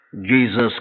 Jesus